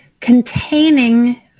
containing